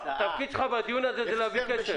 התפקיד שלך בדיון הזה הוא להביא כסף.